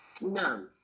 No